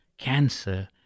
cancer